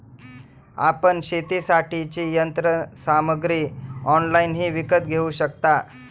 आपण शेतीसाठीची यंत्रसामग्री ऑनलाइनही विकत घेऊ शकता